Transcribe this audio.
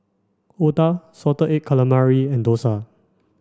Otah salted egg calamari and Dosa